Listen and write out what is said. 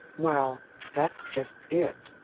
well that's just it.